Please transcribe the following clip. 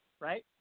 Right